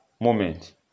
moment